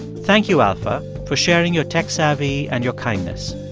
thank you, alpha, for sharing your tech savvy and your kindness